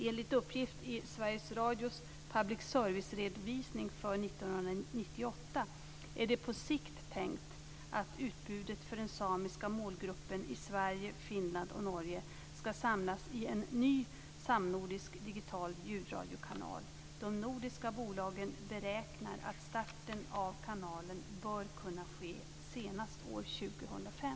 Enligt uppgift i Sveriges Radios public service-redovisning för år 1998 är det på sikt tänkt att utbudet för den samiska målgruppen i Sverige, Finland och Norge skall samlas i en ny samnordisk digital ljudradiokanal. De nordiska bolagen beräknar att starten av kanalen bör kunna ske senast år 2005.